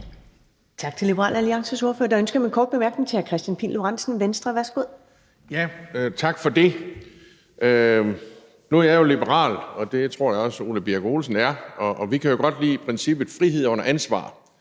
Tak til Liberal Alliances ordfører. Der er ønske om en kort bemærkning fra hr. Kristian Pihl Lorentzen, Venstre. Værsgo. Kl. 10:57 Kristian Pihl Lorentzen (V): Tak for det. Nu er jeg jo liberal, og det tror jeg også Ole Birk Olesen er. Vi kan jo godt lide princippet om frihed under ansvar,